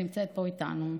שנמצאת פה איתנו,